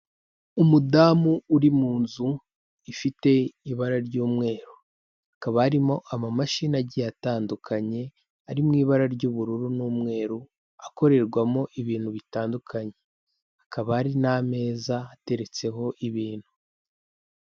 Umudamu uri mu nzu ifite ibara ry'umweru, hakaba harimo amamashini agiye atandukanye, ari mu ibara ry'ubururu n'umweru, akorerwamo ibintu bitandukanye, hakaba hari n'ameza ateretseho ibintu.